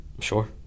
Sure